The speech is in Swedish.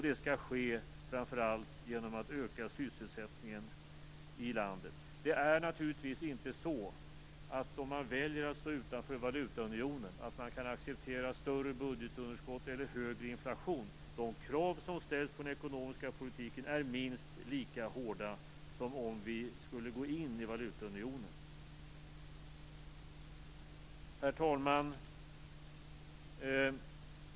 Detta skall ske framför allt genom att öka sysselsättningen i landet. Det är naturligtvis inte så att man kan acceptera större budgetunderskott eller högre inflation om vi väljer att stå utanför valutaunion. De krav som ställs på den ekonomiska politiken är minst lika hårda som om vi skulle gå in i valutaunionen. Herr talman!